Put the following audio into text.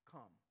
Come